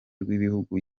rw’ibihugu